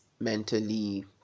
mentally